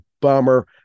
bummer